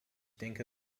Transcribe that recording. denke